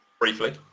Briefly